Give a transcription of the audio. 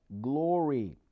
Glory